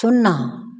सुन्ना